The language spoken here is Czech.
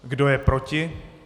Kdo je proti?